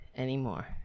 anymore